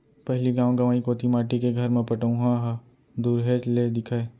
पहिली गॉव गँवई कोती माटी के घर म पटउहॉं ह दुरिहेच ले दिखय